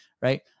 right